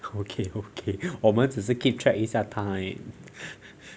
okay okay 我们只是 keep track 一下 time